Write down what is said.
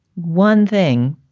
one thing